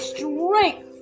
Strength